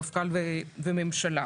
מפכ"ל וממשלה.